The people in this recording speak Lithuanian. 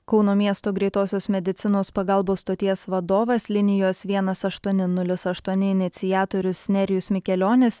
kauno miesto greitosios medicinos pagalbos stoties vadovas linijos vienas aštuoni nulis aštuoni iniciatorius nerijus mikelionis